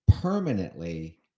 permanently